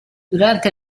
durante